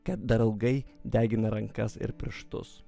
kad dar ilgai degina rankas ir pirštus